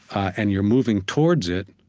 and you're moving towards it,